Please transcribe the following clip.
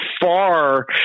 far